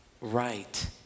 right